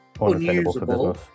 unusable